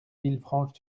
villefranche